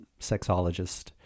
sexologist